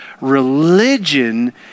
Religion